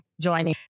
joining